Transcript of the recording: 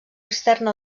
externa